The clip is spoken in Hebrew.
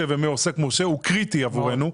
ומעוסק מורשה לעוסק פטור הוא קריטי עבורנו.